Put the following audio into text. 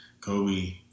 Kobe